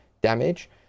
damage